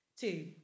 Two